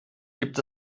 gibt